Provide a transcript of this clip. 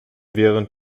während